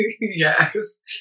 Yes